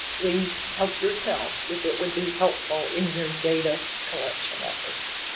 please help yourself, if it would be helpful in your data collection efforts!